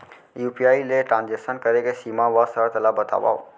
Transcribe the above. UPI ले transaction करे के सीमा व शर्त ला बतावव?